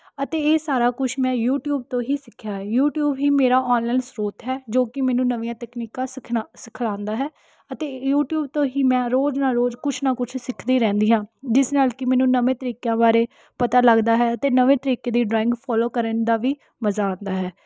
ਅਤੇ ਇਹ ਸਾਰਾ ਕੁਝ ਮੈਂ ਯੂਟਿਊਬ ਤੋਂ ਹੀ ਸਿੱਖਿਆ ਹੈ ਯੂਟਿਊਬ ਹੀ ਮੇਰਾ ਔਨਲਾਈਨ ਸਰੋਤ ਹੈ ਜੋ ਕਿ ਮੈਨੂੰ ਨਵੀਆਂ ਤਕਨੀਕਾਂ ਸਿਖਣਾ ਸਿਖਾਲਉਂਦਾ ਹੈ ਅਤੇ ਯੂਟਿਊਬ ਤੋਂ ਹੀ ਮੈਂ ਰੋਜ਼ ਨਾ ਰੋਜ਼ ਕੁਝ ਨਾ ਕੁਝ ਸਿੱਖਦੀ ਰਹਿੰਦੀ ਹਾਂ ਜਿਸ ਨਾਲ ਕਿ ਮੈਨੂੰ ਨਵੇਂ ਤਰੀਕਿਆਂ ਬਾਰੇ ਪਤਾ ਲੱਗਦਾ ਹੈ ਅਤੇ ਨਵੇਂ ਤਰੀਕੇ ਦੀ ਡਰਾਇੰਗ ਫੋਲੋ ਕਰਨ ਦਾ ਵੀ ਮਜ਼ਾ ਆਉਂਦਾ ਹੈ